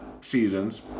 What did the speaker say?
seasons